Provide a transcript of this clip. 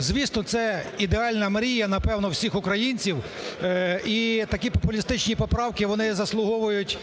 Звісно, це ідеальна мрія, напевно, всіх українців і такі популістичні поправки, вони заслуговують